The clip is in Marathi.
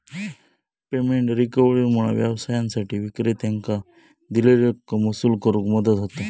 पेमेंट रिकव्हरीमुळा व्यवसायांसाठी विक्रेत्यांकां दिलेली रक्कम वसूल करुक मदत होता